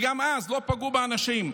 וגם אז לא פגעו באנשים.